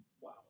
Wow